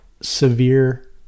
severe